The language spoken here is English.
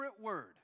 word